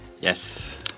yes